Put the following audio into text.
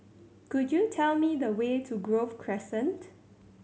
could you tell me the way to Grove Crescent